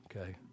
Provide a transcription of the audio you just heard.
Okay